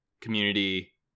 Community